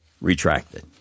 retracted